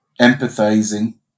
empathizing